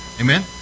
Amen